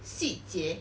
细节